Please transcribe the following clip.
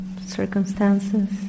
circumstances